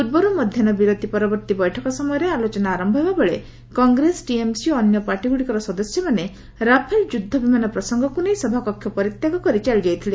ପୂର୍ବରୁ ମଧ୍ୟାହ୍ନ ବିରତି ପରବର୍ତ୍ତୀ ବୈଠକ ସମୟରେ ଆଲୋଚନା ଆରମ୍ଭ ହେବା ବେଳେ କଂଗ୍ରେସ ଟିଏମ୍ସି ଓ ଅନ୍ୟ ପାର୍ଟିଗୁଡ଼ିକର ସଦସ୍ୟମାନେ ରାଫେଲ୍ ଯୁଦ୍ଧ ବିମାନ ପ୍ରସଙ୍ଗକ୍ ନେଇ ସଭାକକ୍ଷ ପରିତ୍ୟାଗ କରି ଚାଲିଯାଇଥିଲେ